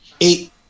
Eight